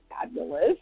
fabulous